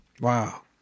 Wow